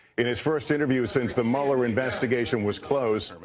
in his first interview since the mueller investigation was closed,